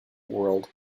world